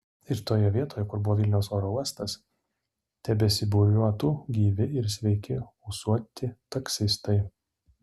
ir toje vietoje kur buvo vilniaus oro uostas tebesibūriuotų gyvi ir sveiki ūsuoti taksistai